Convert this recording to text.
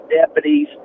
deputies